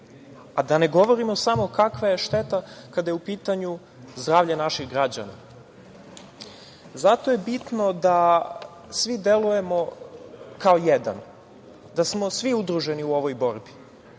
da ne govorimo samo kakva je šteta kada je u pitanju zdravlje naših građana. Zato je bitno da svi delujemo kao jedan, da smo svi udruženi u ovoj borbi